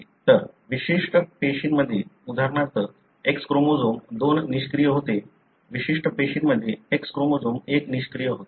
तर विशिष्ट पेशींमध्ये उदाहरणार्थ X क्रोमोझोम 2 निष्क्रिय होते विशिष्ट पेशींमध्ये X क्रोमोझोम 1 निष्क्रिय होते